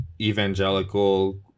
evangelical